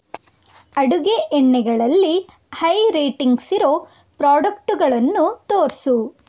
ಅಡುಗೆ ಎಣ್ಣೆಗಳಲ್ಲಿ ಹೈ ರೇಟಿಂಗ್ಸಿರೋ ಪ್ರಾಡಕ್ಟುಗಳನ್ನು ತೋರಿಸು